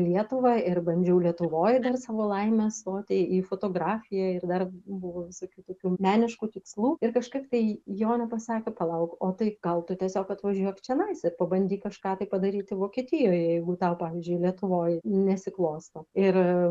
į lietuvą ir bandžiau lietuvoj dar savo laimę stoti į fotografiją ir dar buvo visokių tokių meniškų tikslų ir kažkaip tai jonė pasakė palauk o tai gal tu tiesiog atvažiuok čianais ir pabandyk kažką tai padaryti vokietijoje jeigu tau pavyzdžiui lietuvoj nesiklosto ir